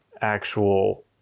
actual